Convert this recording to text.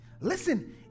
Listen